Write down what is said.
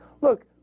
Look